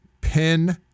pin